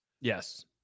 yes